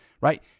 right